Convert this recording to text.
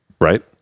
Right